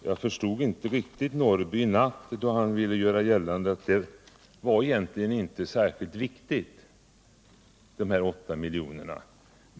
Jag förstod inte riktigt Karl-Eric Norrby i natt, då han ville göra gällande att dessa 8 miljoner egentligen inte var så särskilt viktiga.